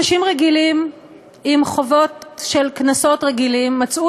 אנשים רגילים עם חובות של קנסות רגילים מצאו